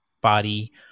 body